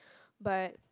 but